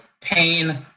pain